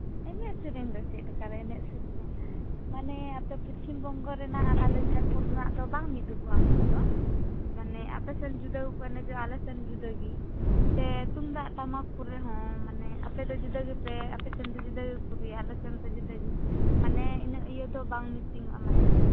ᱮᱱᱮᱡ ᱥᱮᱨᱮᱧ ᱫᱚ ᱪᱮᱫᱞᱮᱠᱟ ᱞᱮ ᱮᱱᱮᱡ ᱥᱮᱨᱮᱧᱟ ᱢᱟᱱ ᱟᱯᱮ ᱯᱚᱥᱪᱤᱢ ᱵᱚᱝᱜᱚ ᱨᱮᱱᱟᱜ ᱟᱞᱮ ᱡᱷᱟᱲᱠᱷᱚᱸᱰ ᱨᱮᱱᱟᱜ ᱫᱚ ᱵᱟᱝ ᱢᱤᱫᱩᱜᱚᱜᱼᱟ ᱢᱤᱫ ᱫᱚ ᱢᱟᱱᱮ ᱟᱯᱮ ᱡᱩᱫᱟᱹ ᱜᱮᱠᱚ ᱮᱱᱮᱡᱚᱜᱼᱟ ᱟᱞᱮ ᱥᱮᱱ ᱡᱩᱫᱟᱹ ᱜᱤ ᱟᱞᱮ ᱛᱩᱢᱫᱟᱹᱜ ᱴᱟᱢᱟᱠ ᱠᱚᱨᱮ ᱦᱚᱸ ᱢᱟᱱᱮ ᱟᱯᱮ ᱫᱚ ᱡᱩᱫᱟᱹ ᱜᱮᱯᱮ ᱟᱯᱮᱱ ᱫᱚ ᱡᱩᱫᱟᱹ ᱜᱮᱠᱚ ᱨᱩᱭᱟ ᱟᱞᱮ ᱥᱮᱱ ᱫᱚ ᱡᱩᱫᱟᱹ ᱜᱮ ᱢᱟᱱᱮ ᱤᱱᱟᱹᱜ ᱤᱭᱟᱹ ᱫᱚ ᱵᱟᱝ ᱢᱤᱪᱤᱝᱚᱜᱼᱟ ᱢᱟᱱᱮ